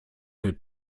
der